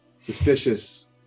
suspicious